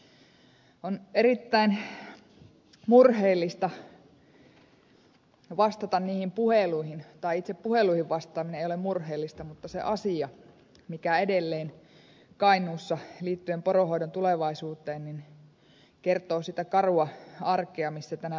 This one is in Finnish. on erittäin murheellista vastata puheluihin koskien poronhoidon tulevaisuutta tai itse puheluihin vastaaminen ei ole murheellista mutta se asia mikä edelleen kainuussa liittyy poronhoidon tulevaisuuteen kertoo siitä karusta arjesta missä tänä päivänä eletään